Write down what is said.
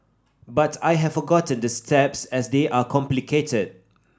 but I have forgotten the steps as they are complicated